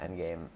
Endgame